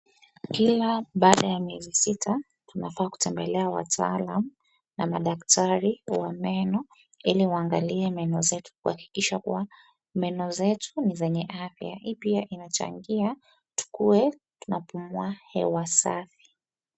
Kila baada ya miezi sita, tunafaa kutembelea wataalam na madaktari wa meno ili waangalie meno zetu kuhakikisha kuwa meno zetu ni zenye afya. Hii pia inachangia tukuwe tunapumua hewa safi.